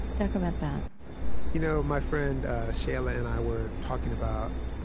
talk about that you know my friend shayla and i were talking about